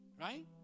right